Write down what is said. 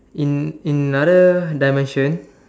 in in other dimension